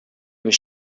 was